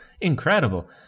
incredible